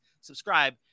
subscribe